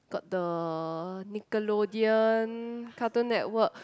got the Nickelodeon Cartoon Network